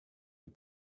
les